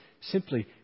simply